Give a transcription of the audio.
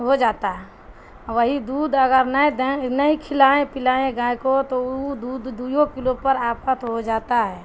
ہو جاتا ہے وہی دودھ اگر نہیں دیں نہیں کھلائیں پلائیں گائے کو تو وہ دودھ دو ہی کلو پر آفت ہو جاتا ہے